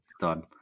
done